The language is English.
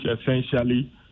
essentially